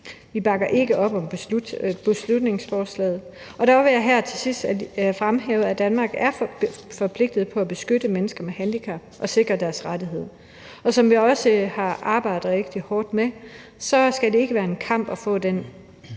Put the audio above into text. Vi bakker ikke op om beslutningsforslaget. Men dog vil jeg her til sidst fremhæve, at Danmark er forpligtet på at beskytte mennesker med handicap og sikre deres rettigheder. Og som vi også har arbejdet rigtig hårdt med, skal det ikke være en kamp at få den